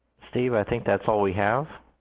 steve, i think that's all we have.